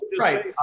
Right